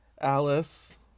Alice